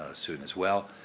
ah soon as well.